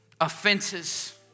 Offenses